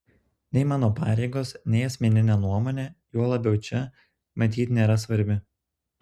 nei mano pareigos nei asmeninė nuomonė juo labiau čia matyt nėra svarbi